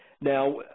Now